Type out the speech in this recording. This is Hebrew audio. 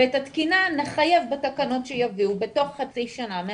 ואת התקינה נחייב בתקנות שיביאו בתוך חצי שנה.